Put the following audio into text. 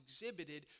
exhibited